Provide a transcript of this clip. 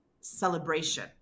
celebration